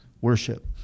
Worship